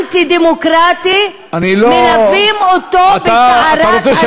אנטי-דמוקרטי, חבר הכנסת אורן חזן.